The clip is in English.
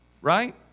Right